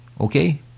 okay